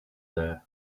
there